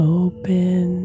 open